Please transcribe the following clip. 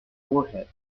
forehead